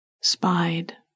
spied